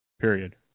period